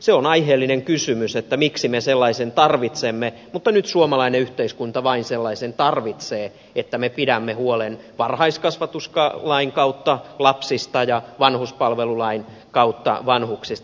se on aiheellinen kysymys miksi me sellaisen tarvitsemme mutta nyt suomalainen yhteiskunta vain sellaisen tarvitsee että me pidämme huolen varhaiskasvatuslain kautta lapsista ja vanhuspalvelulain kautta vanhuksista